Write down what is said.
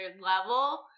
level